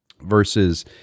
versus